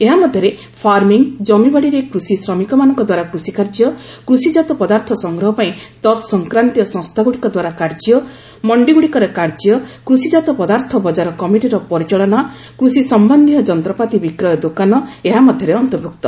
ଏହା ମଧ୍ୟରେ ଫାର୍ମିଂ ଜମିବାଡ଼ିରେ କୃଷି ଶ୍ରମିକମାନଙ୍କ ଦ୍ୱାରା କୃଷିକାର୍ଯ୍ୟ କୃଷିଜାତ ପଦାର୍ଥ ସଂଗ୍ରହ ପାଇଁ ତତ୍ସଂକ୍ରାନ୍ତୀୟ ସଂସ୍ଥାଗୁଡ଼ିକ ଦ୍ୱାରା କାର୍ଯ୍ୟ ମଣ୍ଡିଗୁଡ଼ିକରେ କାର୍ଯ୍ୟ କୃଷିଜାତ ପଦାର୍ଥ ବଜାର କମିଟିର ପରିଚାଳନା କୃଷି ସମ୍ପନ୍ଧୀୟ ଯନ୍ତ୍ରପାତି ବିକ୍ରୟ ଦୋକାନ ଏହା ମଧ୍ୟରେ ଅନ୍ତର୍ଭୁକ୍ତ